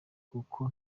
kuko